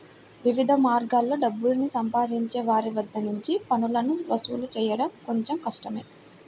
వివిధ మార్గాల్లో డబ్బుని సంపాదించే వారి వద్ద నుంచి పన్నులను వసూలు చేయడం కొంచెం కష్టమే